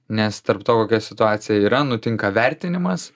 nes tarp to kokia situacija yra nutinka vertinimas